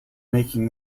making